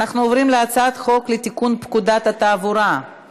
הצעת חוק הצבעה באמצעות תעודת חוגר (תיקוני חקיקה),